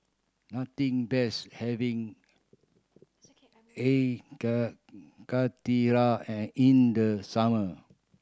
nothing beats having air karthira and in the summer